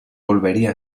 volvería